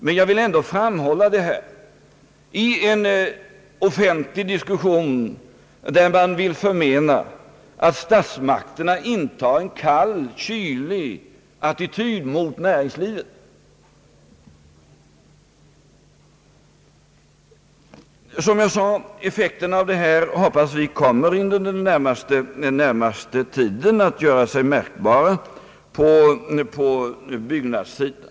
Men jag vill ändå framhålla detta i en offentlig diskussion, där man ibland förmenar att statsmakterna intar en kylig attityd mot näringslivet. Vi hoppas alltså att effekten under den närmaste tiden kommer att göra sig märkbar på byggnadssidan.